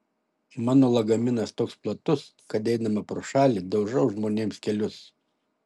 mano lagaminas toks platus kad eidama pro šalį daužau žmonėms kelius